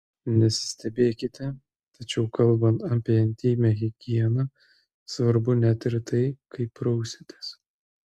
nesistebėkite tačiau kalbant apie intymią higieną svarbu net ir tai kaip prausiatės